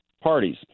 parties